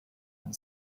and